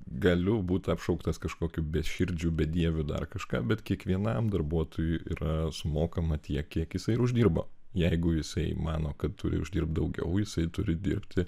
galiu būti apšauktas kažkokiu beširdžiu bedieviu dar kažką bet kiekvienam darbuotojui yra mokama tiek kiek jisai uždirba jeigu jisai mano kad turi uždirbt daugiau jisai turi dirbti